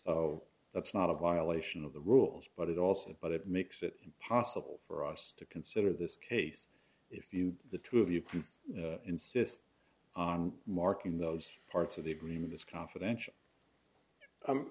of that's not a violation of the rules but it also but it makes it impossible for us to consider this case if you the two of you insist on marking those parts of the agreement as confidential